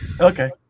Okay